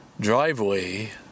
driveway